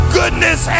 goodness